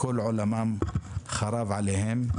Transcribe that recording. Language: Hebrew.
כול עולמם חרב עליהם.